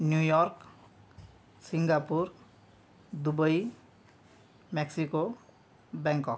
New York Singapore Dubai Mexico Bangkok